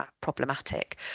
problematic